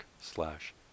slash